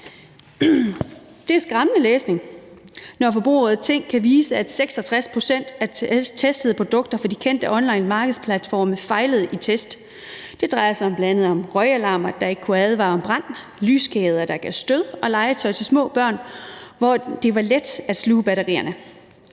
Det er skræmmende læsning, når Forbrugerrådet Tænk kan vise, at 66 pct. af de testede produkter fra de kendte onlinemarkedsplatforme fejlede i test. Det drejer sig bl.a. om røgalarmer, der ikke kunne advare om brand, lyskæder, der gav stød, og legetøj til små børn, hvor det var let at sluge batterierne.